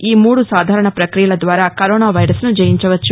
ఈ మూడు సాధారణ ప్రక్రియల ద్వారా కరోనా వైరస్ను జయించవచ్చు